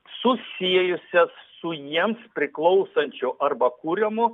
susiejusias su jiems priklausančiu arba kuriamu